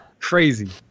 Crazy